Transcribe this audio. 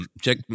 Check